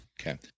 Okay